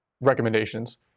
recommendations